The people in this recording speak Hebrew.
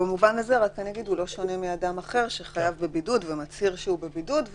במובן הזה הוא לא שונה מאדם אחר שמצהיר שהוא בידוד.